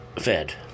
fed